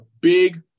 big